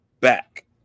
back